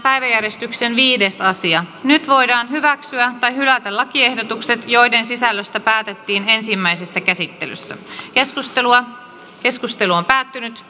päiväjärjestyksen viides asian nyt voidaan hyväksyä tai hylätä lakiehdotukset joiden sisällöstä päätettiin ensimmäisessä käsittelyssä keskustelua keskustelu on päättynyt